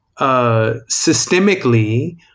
systemically